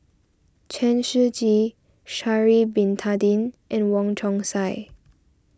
Chen Shiji Sha'ari Bin Tadin and Wong Chong Sai